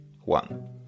one